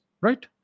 right